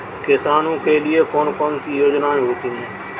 किसानों के लिए कौन कौन सी योजनायें होती हैं?